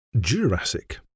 Jurassic